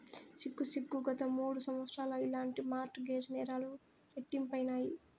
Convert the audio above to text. సిగ్గు సిగ్గు, గత మూడు సంవత్సరాల్ల ఇలాంటి మార్ట్ గేజ్ నేరాలు రెట్టింపైనాయి